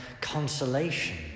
consolation